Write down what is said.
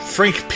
Frank